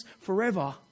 forever